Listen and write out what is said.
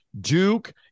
duke